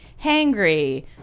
hangry